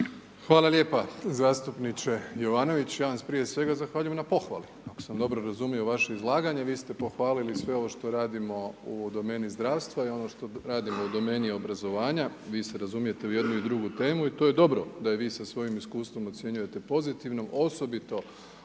Hvala lijepo zastupniče Jovanović. Ja vam se prije svega zahvaljujem na pohvali. Ako sam dobro razumio vaše izlaganje, vi ste pohvalili sve ovo što radimo u domeni zdravstva i ono što radimo u domeni obrazovanja, vi se razumijete u jednu i drugu temu i to je dobro da vi sa svojim iskustvom ocjenjujete pozitivno osobito